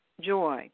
joy